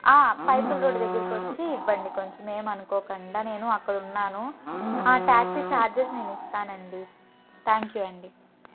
పైపులు రోడ్ దగ్గరకి వచ్చి ఇవ్వండి కొంచెం ఏమి అనుకోకుండా నేను అక్కడ ఉన్నాను ట్యాక్సీ ఛార్జెస్ నేను ఇస్తాను అండి థ్యాంక్ యూ అండి